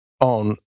on